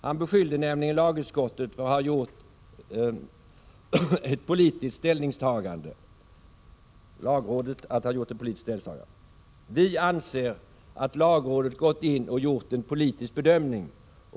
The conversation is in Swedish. Han beskyllde nämligen lagrådet för att ha gjort ett politiskt ställningstagande: ”Vi anser att lagrådet gått in och gjort en politisk bedömning.